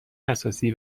اساسی